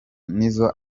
nizzo